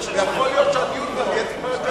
יכול להיות שהדיון כבר יהיה טיפה יותר,